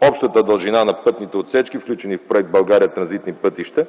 Общата дължина на пътните отсечки, включени в Проект „България – Транзитни пътища